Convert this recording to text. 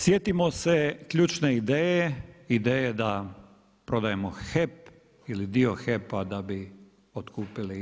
Sjetimo se ključne ideje, ideje da prodajemo HEP ili dio HEP-a da bi otkupili INA-u.